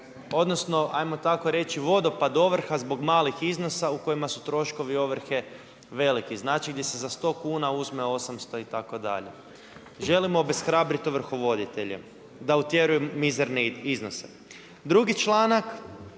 odnosno hajmo tako reći vodopad ovrha zbog malih iznosa u kojima su troškovi ovrhe veliki. Znači gdje se za 100 kuna uzme 800 itd. Želim obeshrabrit ovrhovoditelje da utjeruju mizerne iznose. Drugi članak